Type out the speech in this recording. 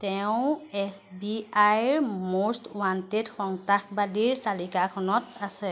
তেওঁ F B I ৰ most wanted সন্ত্ৰাসবাদীৰ তালিকাখনত আছে